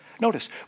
Notice